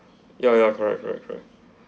ya ya correct correct correct